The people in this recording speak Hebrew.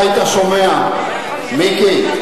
מיקי,